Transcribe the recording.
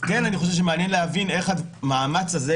כן אני חושב שמעניין להבין איך המאמץ הזה,